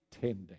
tending